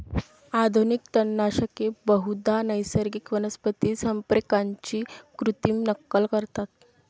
आधुनिक तणनाशके बहुधा नैसर्गिक वनस्पती संप्रेरकांची कृत्रिम नक्कल करतात